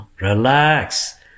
Relax